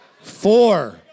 Four